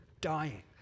dying